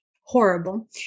Horrible